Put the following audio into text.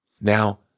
Now